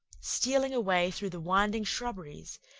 stealing away through the winding shrubberies,